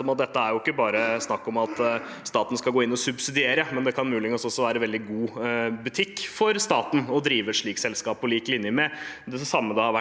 om at det ikke bare er snakk om at staten skal gå inn og subsidiere, men det kan muligens også være veldig god butikk for staten å drive et slikt selskap, på lik linje med hvordan det har vært